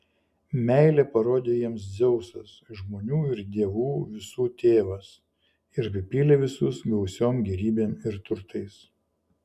meilę parodė jiems dzeusas žmonių ir dievų visų tėvas ir apipylė visus gausiom gėrybėm ir turtais